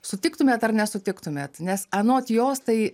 sutiktumėt ar nesutiktumėt nes anot jos tai